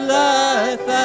life